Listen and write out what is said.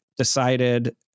decided